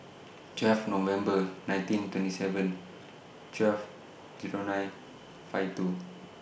twelve November nineteen twenty seven twelve Zero nine five two